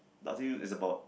partly is about